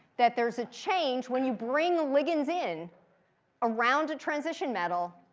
that there's a change when you bring ligands in around a transition metal.